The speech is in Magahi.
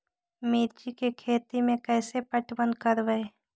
मिर्ची के खेति में कैसे पटवन करवय?